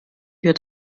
wir